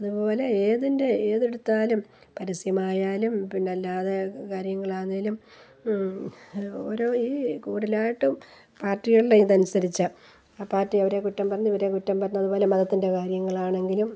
ഇതുപോലെ ഏതിൻ്റെ ഏതെടുത്താലും പരസ്യമായാലും പിന്നല്ലാതെ കാര്യങ്ങളാന്നേലും ഒരു ഈ കൂടുതലായിട്ടും പാർട്ടികളുടെ ഇതനുസരിച്ചാണ് ആ പാർട്ടി അവരെ കുറ്റം പറഞ്ഞ് ഇവരെ കുറ്റം പറഞ്ഞ് അതു പോലെ മതത്തിൻ്റെ കാര്യങ്ങളാണെങ്കിലും